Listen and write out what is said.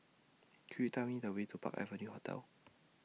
Could YOU Tell Me The Way to Park Avenue Hotel